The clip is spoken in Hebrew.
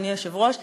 אדוני היושב-ראש,